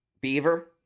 Beaver